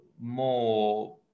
more